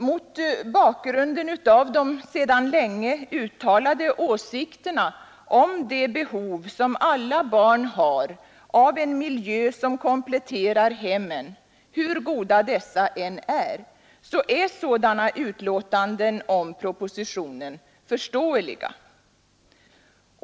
Mot bakgrunden av de sedan länge uttalade åsikterna om det behov som alla barn har av en miljö som kompletterar hemmen, hur goda dessa än är, så är sådana utlåtanden om propositionen förståeliga.